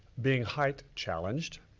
being height challenged.